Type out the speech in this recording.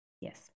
Yes